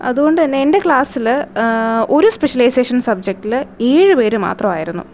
അതുകൊണ്ട് തന്നെ എൻ്റെ ക്ളാസ്സിൽ ഒരു സ്പെഷ്യലൈസേഷൻ സബ്ജെക്റ്റിൽ ഏഴ് പേര് മാത്രമായിരുന്നു